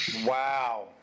Wow